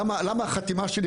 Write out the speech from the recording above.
למה החתימה שלי,